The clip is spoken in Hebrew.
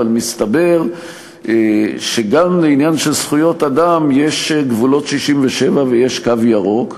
אבל מסתבר שגם בעניין של זכויות אדם יש גבולות 67' ויש קו ירוק,